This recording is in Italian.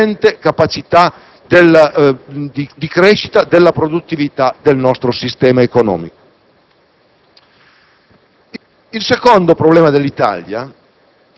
come diretta conseguenza dell'insufficiente capacità di crescita della produttività del nostro sistema economico.